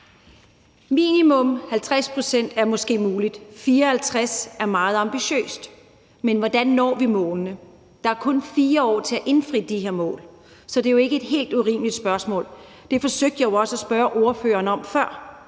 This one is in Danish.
Minimum 50 pct. er måske muligt, og 54 pct. er meget ambitiøst, men hvordan når vi målene? Der er kun 4 år til at indfri de her mål, så det er jo ikke et helt urimeligt spørgsmål. Jeg forsøgte jo også før at spørge ordføreren om,